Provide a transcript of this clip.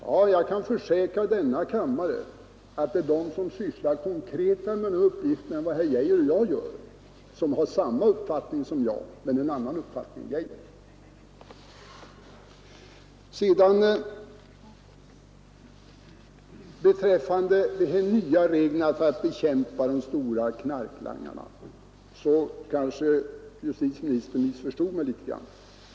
Ja, jag kan försäkra denna kammare att det finns de som sysslar mera konkret med den här uppgiften än vad herr Geijer och jag gör och som har samma uppfattning som jag men en annan uppfattning än herr Geijer. Beträffande de nya reglerna för att bekämpa de stora knarklangarna kanske justitieministern missförstod mig litet grand.